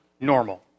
normal